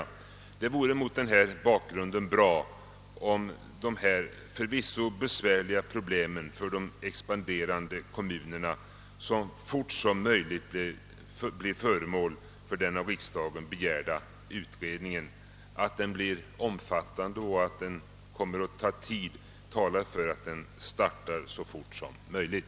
Det vore mot denna bakgrund bra om dessa förvisso besvärliga problem för de expanderande kommunerna så fort som möjligt bleve föremål för den av riksdagen begärda utredningen. Att den blir omfattande och att den kommer att ta tid talar för att den bör starta så snart som möjligt.